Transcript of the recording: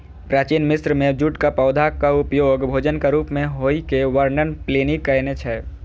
प्राचीन मिस्र मे जूटक पौधाक उपयोग भोजनक रूप मे होइ के वर्णन प्लिनी कयने छै